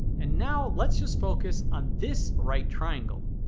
and now, let's just focus on this right triangle.